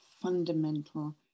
fundamental